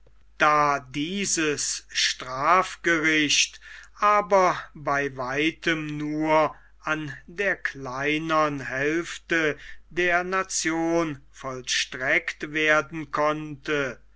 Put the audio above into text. da dieses strafgericht aber bei weitem nur an der kleinern hälfte der nation vollstreckt werden konnte